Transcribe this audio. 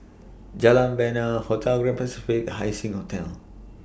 Jalan Bena Hotel Grand Pacific Haising Hotel